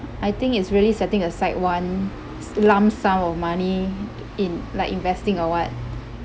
I think it's really setting aside one s~ lump sum of money into in like investing or what